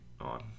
on